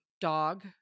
dog